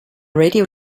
radio